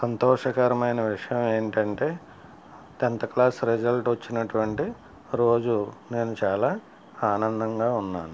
సంతోషకరమైన విషయం ఏంటంటే టెన్త్ క్లాస్ రిజల్ట్ వచ్చినటువంటి రోజు నేను చాలా ఆనందంగా ఉన్నాను